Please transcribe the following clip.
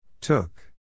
Took